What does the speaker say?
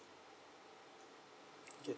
okay